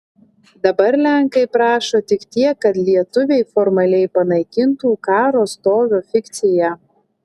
dabar lenkai prašo tik tiek kad lietuviai formaliai panaikintų karo stovio fikciją